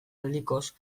aldikoz